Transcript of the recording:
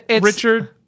Richard